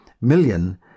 million